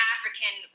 African